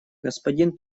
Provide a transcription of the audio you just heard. господин